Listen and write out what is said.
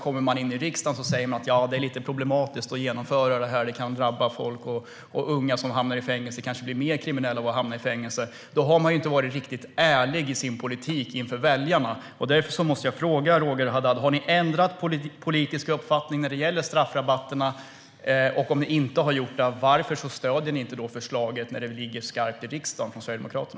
Men väl i riksdagen säger ni att det är lite problematiskt att genomföra detta eftersom unga kan bli mer kriminella av att hamna i fängelse. Gör man så har man inte varit riktigt ärlig inför väljarna i sin politik. Därför måste jag fråga Roger Haddad: Har ni ändrat politisk uppfattning när det gäller straffrabatterna? Om ni inte har gjort det, varför stöder ni inte förslaget från Sverigedemokraterna när det ligger skarpt i riksdagen?